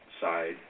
side